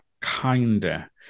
kinder